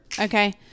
Okay